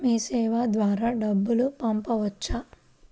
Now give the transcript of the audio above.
మీసేవ ద్వారా డబ్బు పంపవచ్చా?